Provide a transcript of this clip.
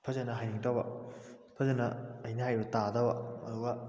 ꯐꯖꯅ ꯍꯥꯏꯅꯤꯡꯗꯕ ꯐꯖꯅ ꯑꯩꯅ ꯍꯥꯏꯔꯤꯗꯨ ꯇꯥꯗꯕ ꯑꯗꯨꯒ